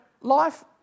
life